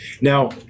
now